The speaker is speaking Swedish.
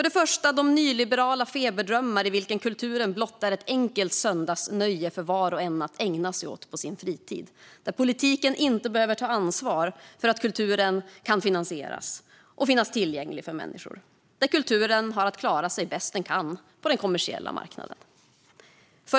Den första är de nyliberala feberdrömmar i vilka kulturen blott är ett enkelt söndagsnöje för var och en att ägna sig åt på sin fritid, där politiken inte behöver ta ansvar för att kulturen kan finansieras och finnas tillgänglig för människor utan där kulturen har att klara sig bäst den kan på den kommersiella marknaden.